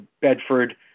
Bedford